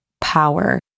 power